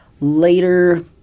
later